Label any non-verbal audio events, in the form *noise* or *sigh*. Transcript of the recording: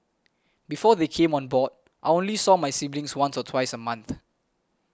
before they came on board I only saw my siblings once or twice a month *noise*